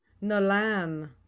nolan